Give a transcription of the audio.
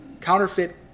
counterfeit